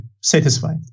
satisfied